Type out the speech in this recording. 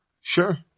sure